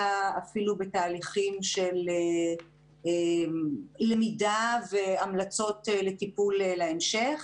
אפילו בתהליכים של למידה והמלצות לטיפול להמשך.